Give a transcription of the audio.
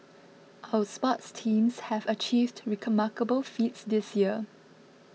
our sports teams have achieved remarkable feats this year